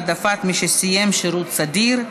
העדפת מי שסיים שירות סדיר),